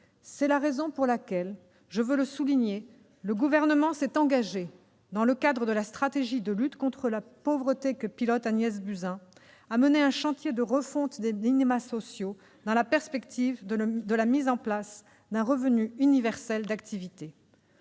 C'est la raison pour laquelle, je veux le rappeler, le Gouvernement s'est engagé, dans le cadre de la stratégie de lutte contre la pauvreté, que pilote Agnès Buzyn, à mener un chantier de refonte des minima sociaux dans la perspective de la mise en place d'un revenu universel d'activité.